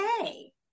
okay